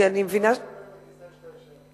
הכול תלוי בכיסא שאתה יושב בו.